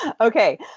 Okay